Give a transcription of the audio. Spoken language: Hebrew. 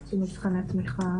המשא ומתן לגבי